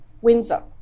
Windsor